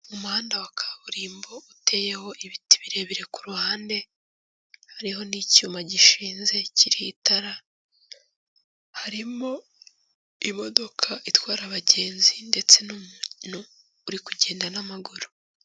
Umuhanda wa kaburimbo uteyeho ibiti birebire ku ruhande, hariho n'icyuma gishinze kiriho itara, harimo imodoka itwara abagenzi ndetse n'umuntu uri kugenda n'amaguru.